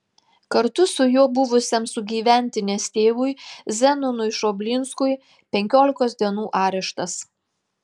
kartu su juo buvusiam sugyventinės tėvui zenonui šoblinskui penkiolikos dienų areštas